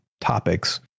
topics